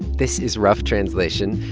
this is rough translation,